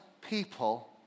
people